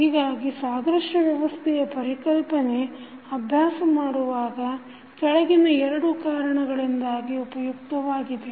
ಹೀಗಾಗಿ ಸಾದೃಶ್ಯ ವ್ಯವಸ್ಥೆಯ ಪರಿಕಲ್ಪನೆ ಅಭ್ಯಾಸ ಮಾಡುವಾಗ ಕೆಳಗಿನ ಎರಡು ಕಾರಣಗಳಿಂದಾಗಿ ಉಪಯುಕ್ತವಾಗಿದೆ